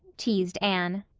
teased anne.